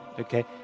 Okay